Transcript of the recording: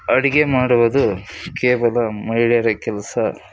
ಅಡುಗೆ ಮಾಡುವುದು ಕೇವಲ ಮಹಿಳೆಯರ ಕೆಲಸ